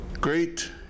great